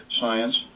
Science